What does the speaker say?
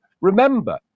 remember